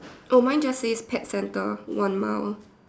oh mine just says pet centre one mile